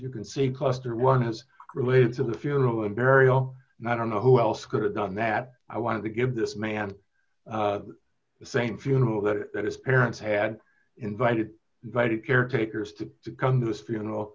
you can see cluster one is related to the funeral and burial and i don't know who else could have done that i wanted to give this man the same funeral that his parents had invited invited caretakers to come to his funeral